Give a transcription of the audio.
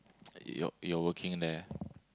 like you're you're working there